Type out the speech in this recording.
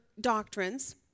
doctrines